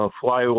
fly